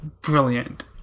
brilliant